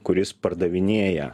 kuris pardavinėja